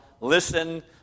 listen